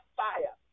fire